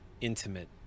intimate